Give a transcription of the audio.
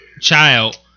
child